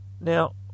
Now